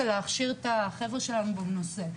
ולהכשיר את החבר'ה שלנו בנושא.